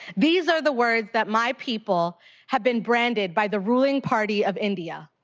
these are the words that my people have been branded by the ruling party of india.